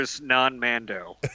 non-Mando